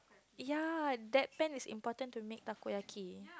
ya that pan is important to make Takoyaki